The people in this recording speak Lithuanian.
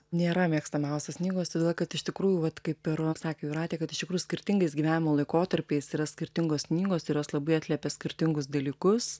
nėra mėgstamiausios knygos todėl kad iš tikrųjų vat kaip ir sakė jūratė kad iš tikrų skirtingais gyvenimo laikotarpiais yra skirtingos knygos ir jos labai atliepia skirtingus dalykus